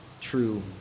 true